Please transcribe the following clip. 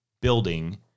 building